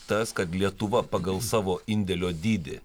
tas kad lietuva pagal savo indėlio dydį